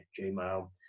gmail